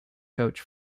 coach